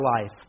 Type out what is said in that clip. life